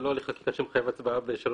זה לא הליך חקיקה שמחייב הצבעה בשלוש